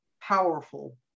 powerful